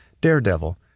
Daredevil